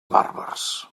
bàrbars